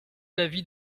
l’avis